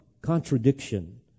contradiction